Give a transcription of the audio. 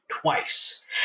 Twice